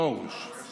פרוש זה פרוש, פֹּרוש.